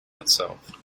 itself